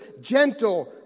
gentle